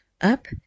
up